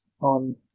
on